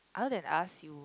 other than us you